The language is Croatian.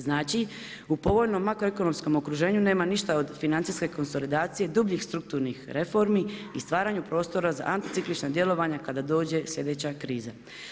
Znači, u povoljnom makroekonomskom okruženju nema ništa od financijske konsolidacije dubljih strukturnih reformi i stvaranju prostora za anticiklična djelovanja kada dođe slijedeća kriza.